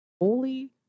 Holy